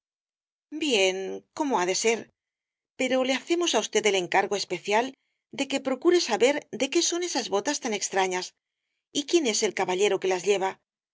bien cómo ha de ser pero le hacemos á usted el encargo especial de que procure saber de qué son esas botas tan extrañas y quién es el caballero que las lleva